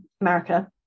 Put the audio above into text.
America